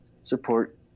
support